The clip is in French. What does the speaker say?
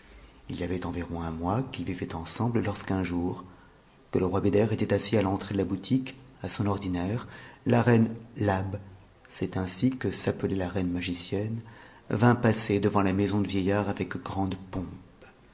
t y avait environ un mois qu'ils vivaient ensemble lorsqu'un jour que e roi beder était assis à l'entrée de la boutique à son ordinaire la reine labe c'est ainsi que s'appelait la reine magicienne vint passer devant la maison du vieillard avec grande pompe